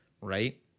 right